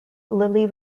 lillie